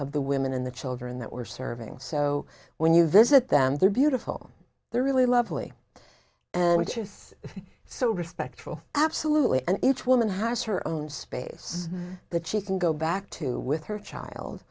of the women in the children that we're serving so when you visit them they're beautiful they're really lovely and you feel so respectful absolutely and each woman has her own space that she can go back to with her child